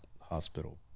hospital